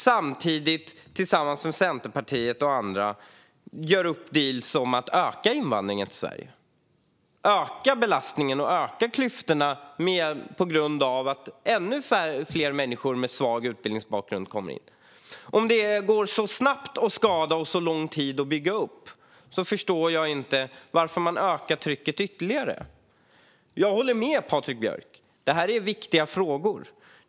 Samtidigt gör man tillsammans med Centerpartiet och andra upp dealar om att öka invandringen till Sverige - öka belastningen och öka klyftorna på grund av att ännu fler människor med svag utbildningsbakgrund kommer in i landet. Om det går så snabbt att skada och tar så lång tid att bygga upp, förstår jag inte varför man ökar trycket ytterligare. Jag håller med Patrik Björck om att detta är viktiga frågor.